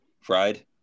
Fried